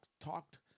talked